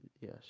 Yes